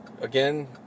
again